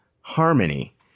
harmony